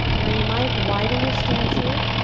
now, you might widen your stance here.